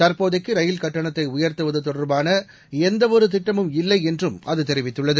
தற்போதைக்கு ரயில் கட்டணத்தை உயர்த்துவது தொடர்பான எந்தவொரு திட்டமும் இல்லை என்றும் அது தெரிவித்துள்ளது